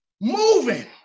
moving